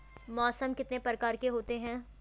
मौसम कितने प्रकार के होते हैं?